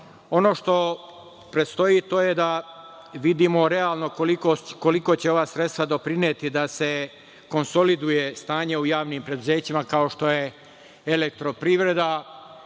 što predstoji, to je da vidimo realno koliko će ova sredstva doprineti da se konsoliduje stanje u javnim preduzećima kao što je „Elektroprivreda“,